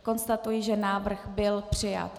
Konstatuji, že návrh byl přijat.